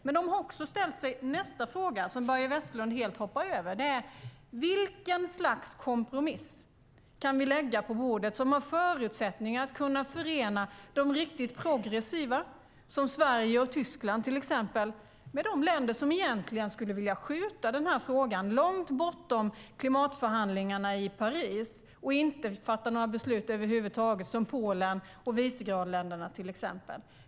Men de har också ställt sig nästa fråga, som Börje Vestlund helt hoppar över: Vilket slags kompromiss kan vi lägga på bordet som har förutsättningar att kunna förena de riktigt progressiva, som Sverige och Tyskland, med de länder som egentligen skulle vilja skjuta den här frågan långt bortom klimatförhandlingarna i Paris och inte fatta några beslut över huvud taget, som Polen och de andra Visegrádländerna?